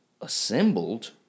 assembled